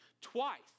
Twice